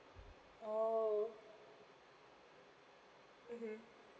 oh mmhmm